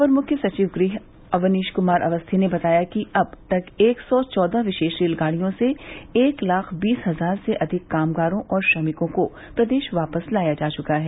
अपर मुख्य सचिव गृह अवनीश कुमार अवस्थी ने बताया कि अब तक एक सौ चौदह विशेष रेलगाड़ियों से एक लाख बीस हजार से अधिक कामगारों और श्रमिकों को प्रदेश वापस लाया जा चुका है